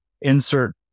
insert